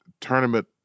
tournament